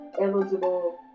eligible